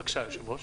בבקשה, היושב-ראש.